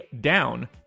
down